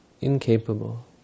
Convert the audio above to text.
incapable